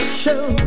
show